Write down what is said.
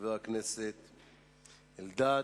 חבר הכנסת אלדד.